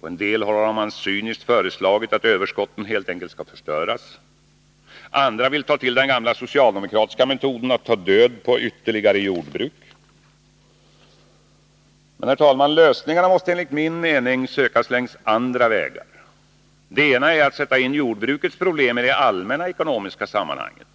På en del håll har man cyniskt föreslagit att överskotten helt enkelt skall förstöras. Andra vill ta till den gamla socialdemokratiska metoden att ta död på ytterligare jordbruk. Lösningarna måste, herr talman, enligt min uppfattning sökas längs andra vägar. Den ena är att sätta in jordbrukets problem i det allmänna ekonomiska sammanhanget.